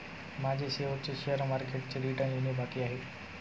माझे शेवटचे शेअर मार्केटचे रिटर्न येणे बाकी आहे